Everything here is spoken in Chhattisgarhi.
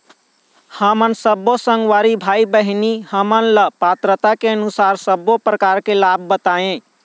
हमन सब्बो संगवारी भाई बहिनी हमन ला पात्रता के अनुसार सब्बो प्रकार के लाभ बताए?